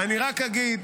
אני רק אגיד,